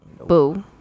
Boo